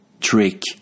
trick